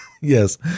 Yes